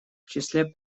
числе